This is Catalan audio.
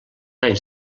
anys